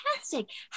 fantastic